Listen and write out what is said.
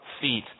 feet